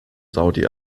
saudi